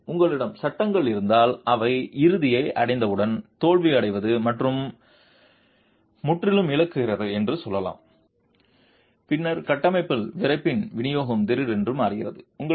மீண்டும் உங்களிடம் சட்டங்கள் இருந்தால் அவை இறுதியை அடைந்தவுடன் தோல்வியடைவது முற்றிலும் இழக்கப்படுகிறது என்று சொல்லலாம் பின்னர் கட்டமைப்பில் விறைப்பின் விநியோகம் திடீரென்று மாறுகிறது